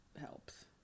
helps